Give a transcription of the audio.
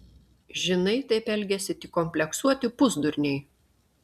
žinai taip elgiasi tik kompleksuoti pusdurniai